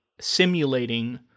simulating